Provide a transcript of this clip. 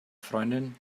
freundin